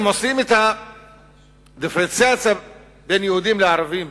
אם עושים את הדיפרנציאציה בין יהודים לערבים,